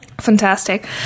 Fantastic